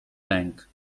lęk